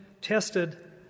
tested